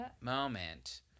moment